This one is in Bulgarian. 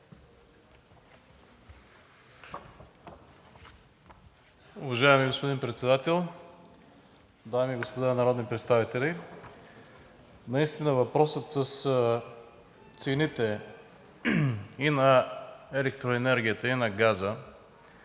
Уважаеми господин Председател, дами и господа народни представители! Въпросът с цените и на електроенергията, и на газа,